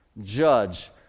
judge